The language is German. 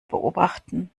beobachten